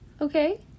Okay